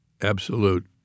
absolute